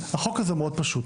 החוק הזה הוא מאוד פשוט,